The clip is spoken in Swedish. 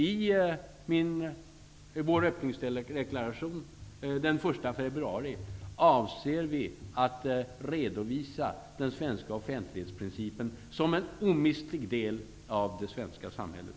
I vår öppningsdeklaration den 1 februari avser vi att redovisa den svenska offentlighetsprincipen som en omistlig del av det svenska samhället.